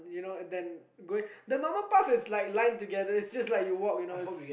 you know than going the normal path is like line together is just like you know you just walk